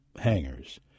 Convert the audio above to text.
hangers